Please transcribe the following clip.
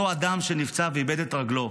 אותו אדם שנפצע ואיבד את רגלו,